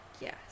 Yes